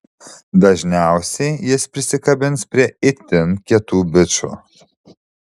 dažniausiai jis prisikabins prie itin kietų bičų